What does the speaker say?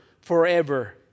forever